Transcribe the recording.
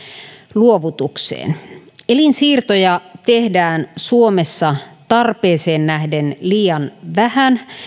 luovutukseen voitiin keventää elinsiirtoja tehdään suomessa tarpeeseen nähden liian vähän